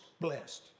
blessed